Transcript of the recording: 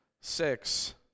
six